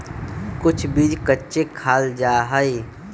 कुछ बीज कच्चे खाल जा हई